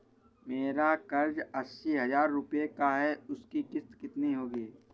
मेरा कर्ज अस्सी हज़ार रुपये का है उसकी किश्त कितनी होगी?